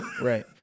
Right